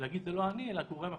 להגיד זה לא אני אלא גורם אחר.